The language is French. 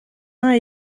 uns